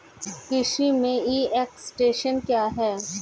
कृषि में e extension क्या है?